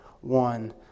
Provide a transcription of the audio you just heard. one